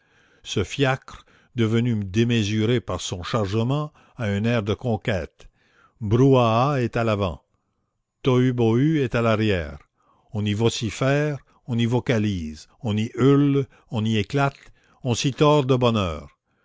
ce fiacre devenu démesuré par son chargement a un air de conquête brouhaha est à l'avant tohubohu est à l'arrière on y vocifère on y vocalise on y hurle on y éclate on s'y tord de bonheur